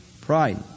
Pride